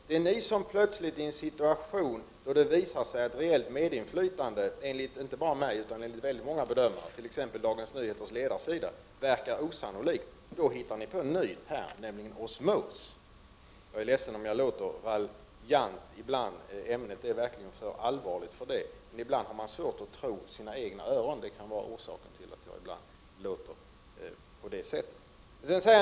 Det är ni som plötsligt, i en situation då det visar sig att reellt medinflytande enligt inte bara mig utan många bedömmare, t.ex. Dagens Nyheters ledarsida, verkar osannolikt. Då hittar ni på en ny term, osmos. Jag är ledsen om jag låter raljant ibland. Ämnet är verkligen för allvarligt för det, men ibland har man svårt att tro sina egna öron. Det kan möjligen vara orsaken till att jag ibland låter på det sättet.